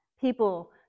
people